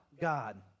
God